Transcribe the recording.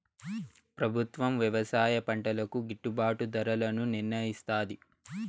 ప్రభుత్వం వ్యవసాయ పంటలకు గిట్టుభాటు ధరలను నిర్ణయిస్తాది